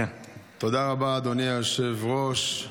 תודה רבה, אדוני היושב-ראש.